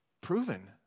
proven